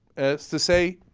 as to say